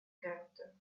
character